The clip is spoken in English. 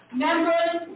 members